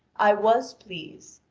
i was pleased,